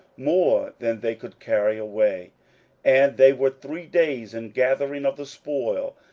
more than they could carry away and they were three days in gathering of the spoil,